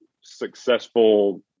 successful